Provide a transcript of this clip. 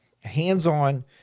Hands-on